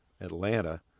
Atlanta